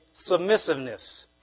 submissiveness